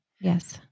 Yes